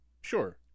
Sure